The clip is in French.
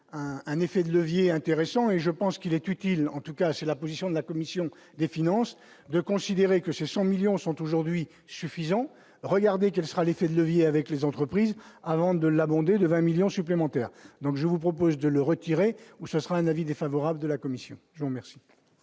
un effet de levier intéressant et je pense qu'il est utile, en tout cas c'est la position de la commission des finances de considérer que ce sont 1000000 sont aujourd'hui suffisant regardez quel sera l'effet de levier avec les entreprises avant de la abonder de 20 millions supplémentaires, donc je vous propose de le retirer ou ça sera un avis défavorable de la commission merci.